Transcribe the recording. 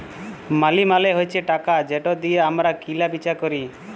মালি মালে হছে টাকা যেট দিঁয়ে আমরা কিলা বিচা ক্যরি